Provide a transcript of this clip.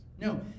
No